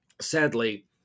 sadly